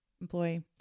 employee